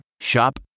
Shop